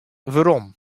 werom